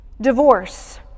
Divorce